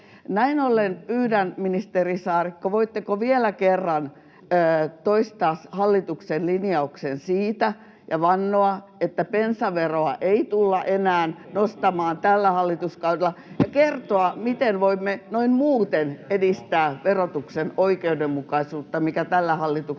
Näin ollen pyydän, ministeri Saarikko, voitteko vielä kerran toistaa hallituksen linjauksen siitä ja vannoa, että bensaveroa ei tulla enää nostamaan tällä hallituskaudella, [Naurua perussuomalaisten ryhmästä] ja kertoa, miten voimme noin muuten edistää verotuksen oikeudenmukaisuutta, mikä tällä hallituksella